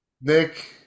Nick